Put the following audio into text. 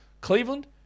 Cleveland